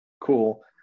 Cool